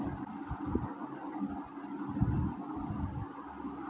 సేంద్రియ ఎరువులు వాడడం వల్ల ఎక్కువగా పంటనిచ్చే కూరగాయల పంటల రకాలు సెప్పండి?